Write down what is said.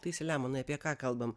tai saliamonai apie ką kalbam